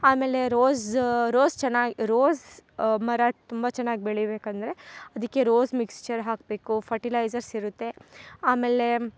ಆಮೇಲೆ rose rose ಚೆನ್ನಾಗಿ rose ಮರ ತುಂಬ ಚೆನ್ನಾಗಿ ಬೆಳಿಬೇಕಂದರೆ ಅದಕ್ಕೆ ರೋಜ್ ಮಿಕ್ಸ್ಚರ್ ಹಾಕಬೇಕು ಫರ್ಟಿಲೈಜರ್ಸ್ ಇರುತ್ತೆ ಆಮೇಲೆ